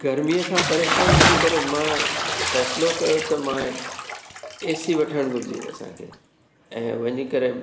गर्मीअ खां परेशानु थी करे मां फ़ैसलो कयो त मां ए सी वठणु घुरिजे असांखें ऐं वञी करे